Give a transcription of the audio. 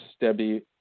debbie